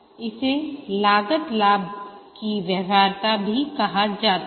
इसे लागत लाभ की व्यवहार्यता भी कहा जाता है